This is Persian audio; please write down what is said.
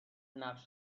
نقش